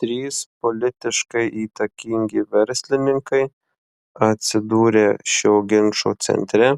trys politiškai įtakingi verslininkai atsidūrę šio ginčo centre